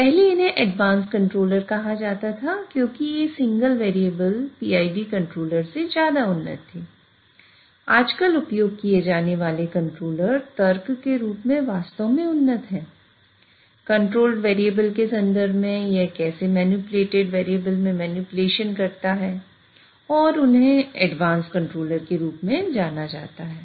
पहले इन्हें advance controller के रूप में जाना जाता है